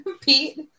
Pete